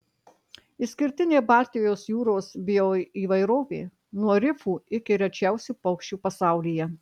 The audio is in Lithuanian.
išskirtinė baltijos jūros bioįvairovė nuo rifų iki rečiausių paukščių pasaulyje